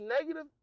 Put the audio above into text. negative